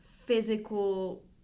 physical